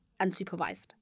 unsupervised